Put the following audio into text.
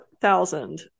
thousand